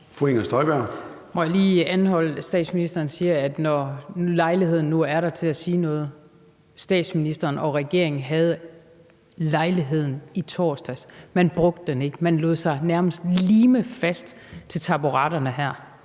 Inger Støjberg (DD): Må jeg lige anholde, at statsministeren siger: Når lejligheden nu er der til at sige noget. Statsministeren og regeringen havde lejligheden i torsdags; man brugte den ikke, man lod sig nærmest lime fast til taburetterne her.